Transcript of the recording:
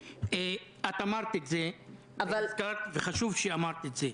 אמרת את זה, וחשוב שאמרת את זה.